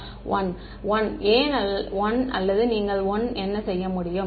மாணவர் 1 1 ஏன் 1 அல்லது நீங்கள் 1 செய்ய முடியும்